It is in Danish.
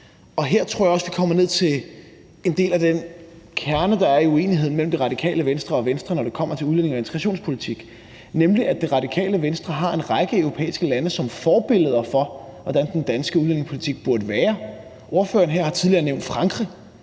Her tror jeg, at vi kommer ned til en del af den kerne, der er, i uenigheden mellem Det Radikale Venstre og Venstre, når det kommer til udlændinge- og integrationspolitik, nemlig at Det Radikale Venstre har en række europæiske lande som forbilleder for, hvordan den danske udlændingepolitik burde være. Ordføreren her har tidligere nævnt Frankrig.